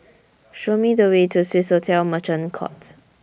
Show Me The Way to Swissotel Merchant Court